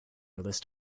list